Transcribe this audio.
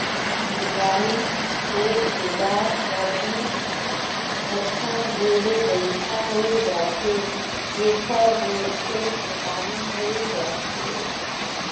लुवई होए के बाद कभू कथों ढेरे बइरखा होए जाथे जेखर ले खेत में पानी भइर जाथे